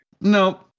No